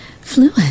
fluid